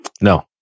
No